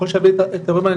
ככול שיביא את האירועים האלה,